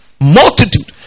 Multitude